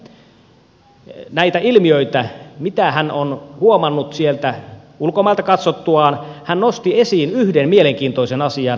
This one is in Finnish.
kun kysyin häneltä näitä ilmiöitä mitä hän on huomannut sieltä ulkomailta katsottuaan hän nosti esiin yhden mielenkiintoisen asian